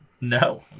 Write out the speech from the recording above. No